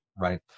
Right